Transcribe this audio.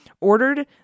ordered